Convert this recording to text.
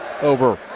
over